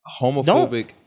homophobic